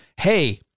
hey